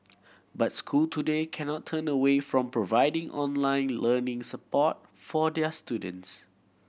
but school today cannot turn away from providing online learning support for their students